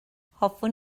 hoffwn